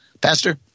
Pastor